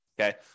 okay